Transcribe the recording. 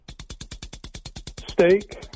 Steak